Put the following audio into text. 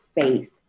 faith